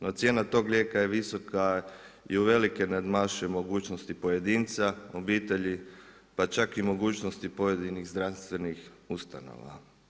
No cijena tog lijeka je visoka i uvelike nadmašuje mogućnosti pojedinca, obitelji pa čak i mogućnosti pojedinih zdravstvenih ustanova.